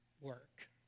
work